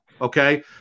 Okay